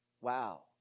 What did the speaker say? wow